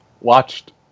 Watched